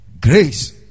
grace